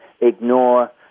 ignore